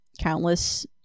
countless